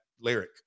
lyric